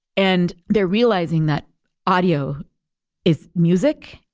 and they're realizing that audio is music,